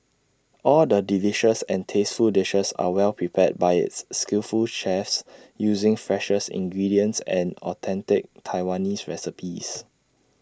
all the delicious and tasteful dishes are well prepared by its skillful chefs using freshest ingredients and authentic Taiwanese recipes